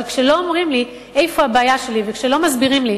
כשלא אומרים לי איפה הבעיה שלי וכשלא מסבירים לי,